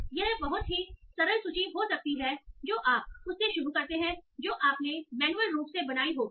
तो यह कुछ बहुत ही सरल सूची हो सकती है जो आप उस से शुरू करते हैं जो आपने मैन्युअल रूप से बनाई होगी